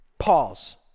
pause